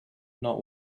not